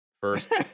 first